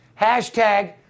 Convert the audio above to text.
hashtag